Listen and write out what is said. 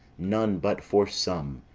none but for some,